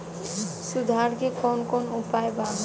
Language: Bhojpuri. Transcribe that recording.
सुधार के कौन कौन उपाय वा?